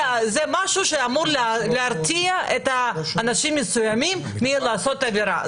זה משהו שאמור להרתיע אנשים מסוימים מלעשות עבירה,